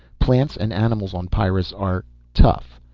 plants and animals on pyrrus are tough.